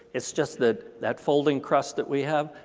it's just that that folding crust that we have,